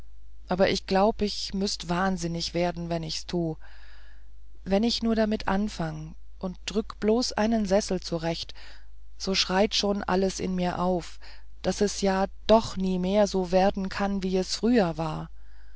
aber ich glaub ich müßt wahnsinnig werden wenn ich's tu wenn ich nur damit anfang und rück bloß einen sessel zurecht so schreit schon alles in mir auf daß es ja doch nie mehr so werden kann wie's früher war